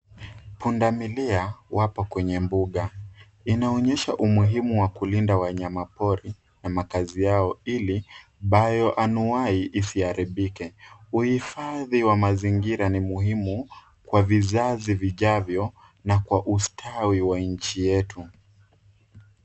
Pundamilia wapo kwenye mbuga. Inaonyesha umuhimu wa kulinda wanyama pori na makazi yao ili bioanwai isiharibike. Uhifadhi wa mazingira ni muhimu kwa vizazi vijavyo na kwa ustawi wa nchi yetu.